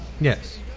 Yes